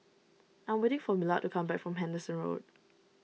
I am waiting for Millard to come back from Henderson Road